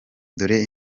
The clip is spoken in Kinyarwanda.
dore